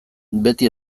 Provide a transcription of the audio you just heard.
beti